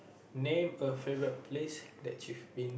name a favourite place that you've been